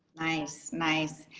nice. nice.